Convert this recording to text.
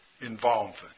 involvement